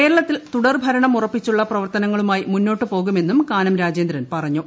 കേരളത്തിൽ തുടർ ഭരണം ഉറപ്പിച്ചുള്ള പ്രവർത്തനങ്ങളുമായി മുന്നോട്ട് പോകുമെന്നും കാനം രാജേന്ദ്രൻ പറഞ്ഞു